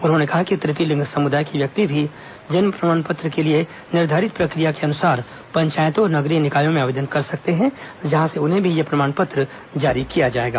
उन्होंने कहा कि तृतीय लिंग समुदाय के व्यक्ति भी जन्म प्रमाण पत्र के लिए निर्धारित प्रक्रिया के अनुसार पंचायतों और नगरीय निकायों में आवेदन कर सकते हैं जहां से उन्हें भी यह प्रमाण पत्र जारी किया जाएगा